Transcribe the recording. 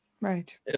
right